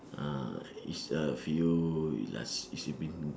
ah it's a few it last it's it's been